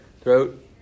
Throat